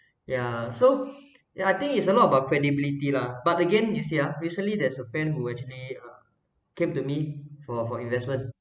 ya so ya I think it's a lot about credibility lah but again you see ah recently there's a friend who actually uh came to me for for investment